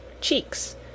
cheeks